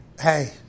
hey